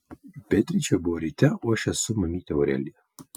beatričė buvo ryte o aš esu mamytė aurelija